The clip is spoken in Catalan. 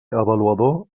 avaluador